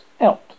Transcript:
out